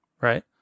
right